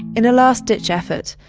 in a last-ditch effort,